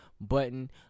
button